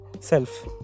Self